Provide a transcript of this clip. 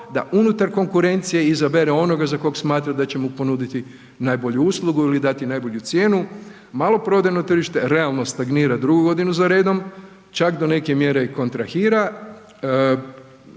da unutar konkurencije izabere onoga za kog smatra da će mu ponuditi najbolju uslugu ili dati najbolju cijenu, maloprodajno tržište realno stagnira drugu godinu za redom, čak do neke mjere i kontrahira,